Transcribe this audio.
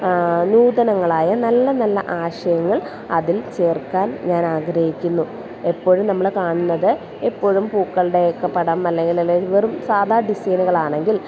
നൂതനങ്ങളായ നല്ല നല്ല ആശയങ്ങൾ അതിൽ ചേർക്കാൻ ഞാൻ ആഗ്രഹിക്കുന്നു എപ്പോഴും നമ്മൾ കാണുന്നത് എപ്പോഴും പൂക്കളുടെയൊക്കെ പടം അല്ലെങ്കിൽ അല്ലെങ്കിൽ വെറും സാധാ ഡിസൈനുകളാണെങ്കിൽ